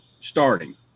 starting